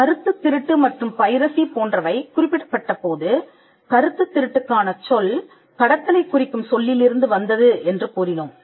கருத்து திருட்டு மற்றும் பைரசி போன்றவை குறிப்பிடப்பட்ட போது கருத்துத் திருட்டுக்க்கான சொல் கடத்தலைக் குறிக்கும் சொல்லிலிருந்து வந்தது என்று கூறினோம்